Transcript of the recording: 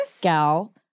gal